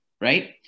Right